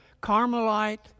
Carmelite